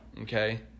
okay